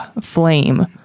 flame